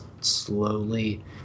slowly